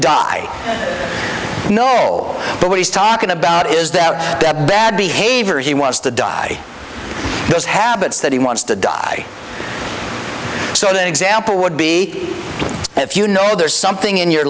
die know all but what he's talking about is that that bad behavior he wants to die those habits that he wants to die so that example would be if you know there's something in your